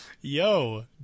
Yo